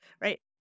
right